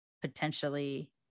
potentially